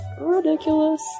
ridiculous